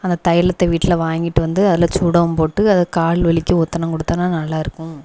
அந்த தைலத்தை வீட்டில வாங்கிட்டு வந்து அதில் சூடம் போட்டு அது கால் வலிக்கு ஓத்தடம் கொடுத்தன்னா நல்லாயிருக்கும்